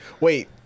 wait